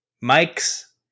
Mike's